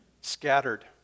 scattered